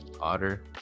otter